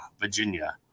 virginia